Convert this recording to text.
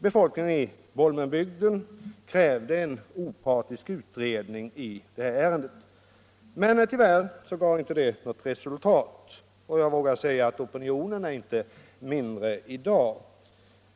Befolkningen i Bolmenbygden krävde en opartisk utredning av ärendet. Tyvärr gav detta emellertid inte något resultat. Men jag vågar säga att opinionen inte är mindre i dag.